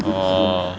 orh